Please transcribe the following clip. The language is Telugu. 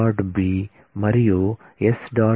B మరియు s